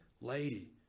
lady